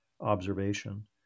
observation